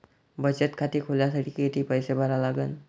बचत खाते खोलासाठी किती पैसे भरा लागन?